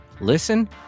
listen